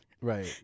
right